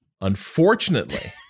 Unfortunately